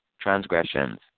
transgressions